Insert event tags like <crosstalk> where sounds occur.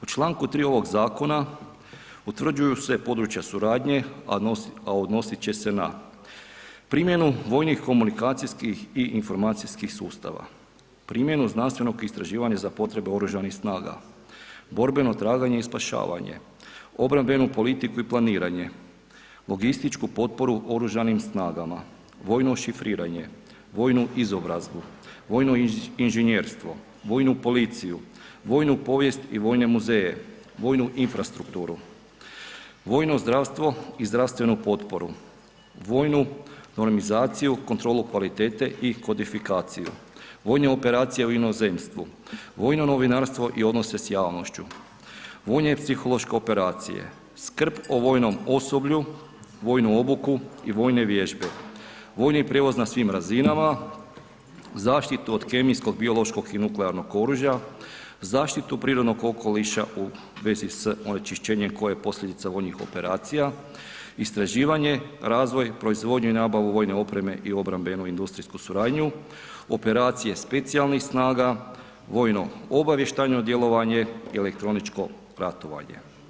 U članku 3. ovog Zakona utvrđuju se područja suradnje a odnositi će se na primjenu vojnih komunikacijskih i informacijskih sustava, primjenu znanstvenog istraživanja za potrebe oružanih snaga, borbeno traganje i spašavanje, obrambenu politiku i planiranje, logističku potporu Oružanim snagama, vojno šifriranje, vojnu izobrazbu, vojno inženjerstvo, vojnu policiju, vojnu povijest i vojne muzeje, vojnu infrastrukturu, vojno zdravstvo i zdravstvenu potporu, vojnu ... <unintelligible> kontrolu kvalitete i kodifikaciju, vojne operacije u inozemstvu, vojno novinarstvo i odnose sa javnošću, vojne psihološke operacije, skrb o vojnom osoblju, vojnu obuku i vojne vježbe, vojni prijevoz na svim razinama, zaštitu od kemijskog, biološkog i nuklearnog oružja, zaštitu prirodnog okoliša u vezi s onečišćenjem koje je posljedica vojnih operacija, istraživanje, razvoj, proizvodnju i nabavu vojne opreme i obrambenu industrijsku suradnju, operacije specijalnih snaga, vojno obavještajno djelovanje i elektroničko ratovanje.